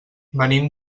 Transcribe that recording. venim